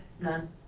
None